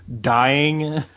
dying